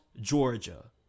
Georgia